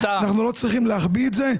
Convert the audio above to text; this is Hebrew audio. אנחנו לא צריכים להחביא את זה.